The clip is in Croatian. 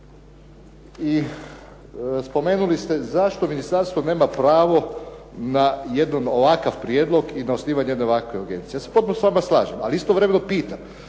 I spomenuli ste zašto ministarstvo nema pravo na jedan ovakav prijedlog i na osnivanje jedne ovakve agencije. Ja se potpuno s vama slažem, ali istovremeno pitam